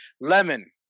Lemon